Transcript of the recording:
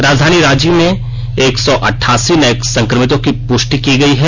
राजधानी रांची में एक सौ अठासी नये संक्रमितों की पुष्टि की गयी है